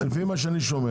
אבל לפי מה שאני שומע,